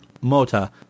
Mota